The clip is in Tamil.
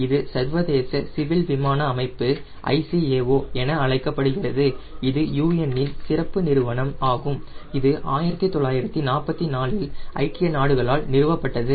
இது சர்வதேச சிவில் விமான அமைப்பு ICAO என அழைக்கப்படுகிறது இது UN இன் சிறப்பு நிறுவனம் ஆகும் இது 1944 இல் ஐக்கிய நாடுகளால் நிறுவப்பட்டது